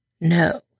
No